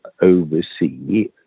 oversee